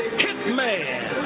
hitman